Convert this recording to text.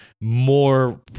more